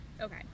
Okay